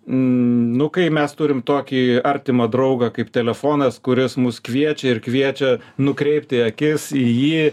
nu kai mes turim tokį artimą draugą kaip telefonas kuris mus kviečia ir kviečia nukreipti akis į jį